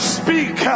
speak